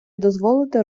дозволити